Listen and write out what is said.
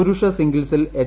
പുരുഷ സിംഗിൾസിൽ എച്ച്